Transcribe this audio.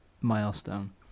milestone